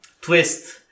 twist